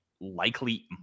likely